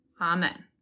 Amen